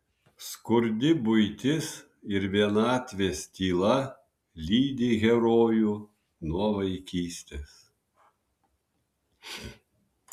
skurdi buitis ir vienatvės tyla lydi herojų nuo vaikystės